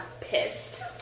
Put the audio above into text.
pissed